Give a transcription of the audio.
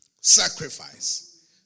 Sacrifice